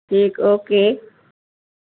ٹھیک اوکے